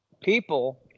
people